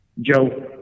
Joe